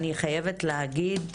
אני חייבת להגיד,